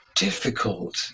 difficult